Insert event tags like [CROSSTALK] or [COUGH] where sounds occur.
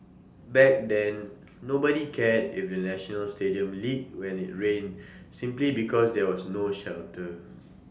[NOISE] back then nobody cared if the national stadium leaked when IT rained simply because there was no shelter